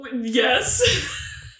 yes